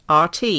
RT